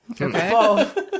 Okay